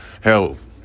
health